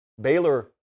Baylor